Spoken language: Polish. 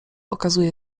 okazuje